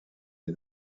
est